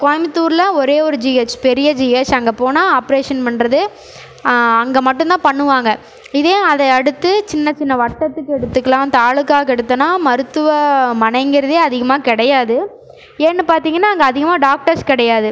கோயம்புத்தூரில் ஒரே ஒரு ஜிஹெச் பெரிய ஜிஹெச் அங்கே போனால் ஆப்ரேஷன் பண்ணுறது அங்கே மட்டும் தான் பண்ணுவாங்க இதே அதையை அடுத்து சின்னச் சின்ன வட்டத்துக்கு எடுத்துக்கலாம் தாலுாக்காவுக்கு எடுத்தோன்னால் மருத்துவமனைங்கிறதே அதிகமாக கிடையாது ஏன்னெனு பார்த்திங்கன்னா அங்கே அதிகமாக டாக்டர்ஸ் கிடையாது